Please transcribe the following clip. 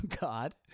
God